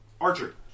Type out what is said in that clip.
Archer